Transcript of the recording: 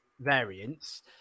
variants